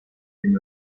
تونی